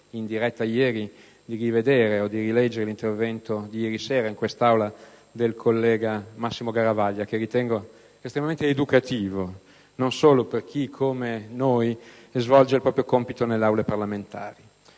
in diretta, di leggere l'intervento pronunciato ieri sera in Aula dal collega Massimo Garavaglia, che ritengo estremamente educativo non solo per chi come noi svolge il proprio compito nelle Aule parlamentari.